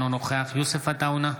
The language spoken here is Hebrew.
אינו נוכח יוסף עטאונה,